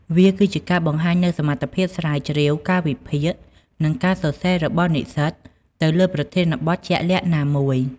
វាគឺជាការបង្ហាញនូវសមត្ថភាពស្រាវជ្រាវ ការវិភាគ និងការសរសេររបស់និស្សិតទៅលើប្រធានបទជាក់លាក់ណាមួយ។